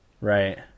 Right